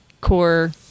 core